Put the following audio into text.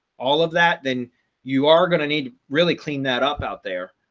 all of that, then you are going to need really clean that up out there.